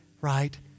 right